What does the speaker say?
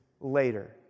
later